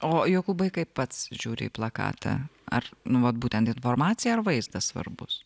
o jokūbai kaip pats žiūri į plakatą ar nu vat būtent informacija ar vaizdas svarbus